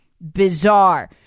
bizarre